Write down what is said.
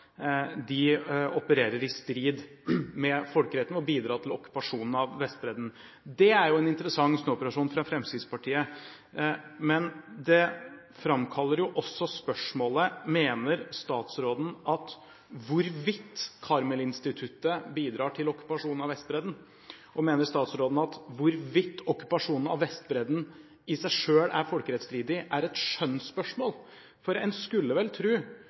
de opererer i strid med folkeretten og bidrar til okkupasjonen av Vestbredden. Det er jo en interessant snuoperasjon fra Fremskrittspartiet. Men det framkaller også spørsmålet: Mener statsråden at hvorvidt Karmel-Instituttet bidrar til okkupasjonen av Vestbredden og hvorvidt okkupasjonen av Vestbredden i seg selv er folkerettsstridig, er et skjønnsspørsmål? Man skulle vel